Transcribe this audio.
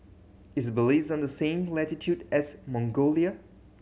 is Belize on the same latitude as Mongolia